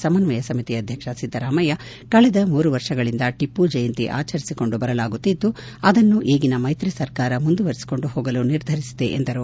ಸಮನ್ವಯ ಸಮಿತಿ ಅಧ್ಯಕ್ಷ ಸಿದ್ದರಾಮಯ್ಯ ಕಳೆದ ಮೂರು ವರ್ಷಗಳಿಂದ ಟಿಪ್ಪು ಜಯಂತಿ ಆಚರಿಸಿಕೊಂಡು ಬರಲಾಗುತ್ತಿದ್ದು ಅದನ್ನು ಈಗಿನ ಮೈತಿ ಸರ್ಕಾರವು ಮುಂದುವರಿಸಿಕೊಂಡು ಹೋಗಲು ನಿರ್ಧಾರ ಮಾಡಿದೆ ಎಂದರು